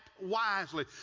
wisely